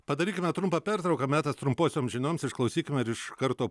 padarykime trumpą pertrauką metas trumposioms žinioms išklausykime ir iš karto